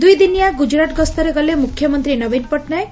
ଦୁଇଦିନିଆ ଗୁଜୁରାଟ୍ ଗସ୍ତରେ ଗଲେ ମୁଖ୍ୟମନ୍ତୀ ନବୀନ ପଟ୍ଟନାୟକ